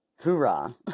hoorah